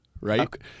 right